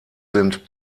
sind